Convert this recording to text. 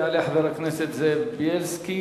יעלה חבר הכנסת זאב בילסקי,